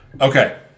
Okay